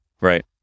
right